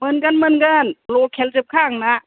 मोनगोन मोनगोन लकेल जोबखा आंना